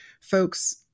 folks